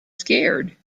scared